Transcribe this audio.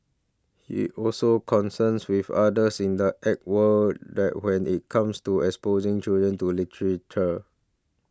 he also concerns with others in the egg world that when it comes to exposing children to literature